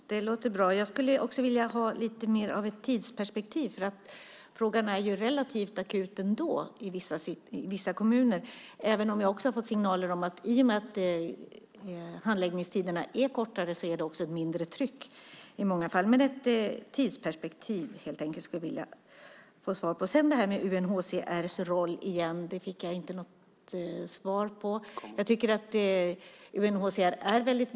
Fru talman! Det låter bra. Jag skulle också vilja ha lite mer av ett tidsperspektiv. Frågan är relativt akut i vissa kommuner, även om jag också har fått signaler om att i och med att handläggningstiderna är kortare är det i många fall ett mindre tryck. Jag skulle vilja få svar på frågan om ett tidsperspektiv. Sedan var det UNHCR:s roll. Jag fick inte något svar. Jag tycker att UNHCR är viktigt.